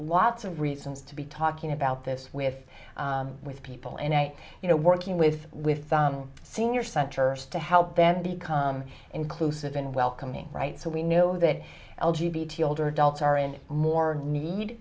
lots of reasons to be talking about this with with people and i you know working with with the senior center to help them become inclusive and welcoming right so we know that l g b to older adults are in more need